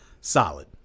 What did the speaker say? solid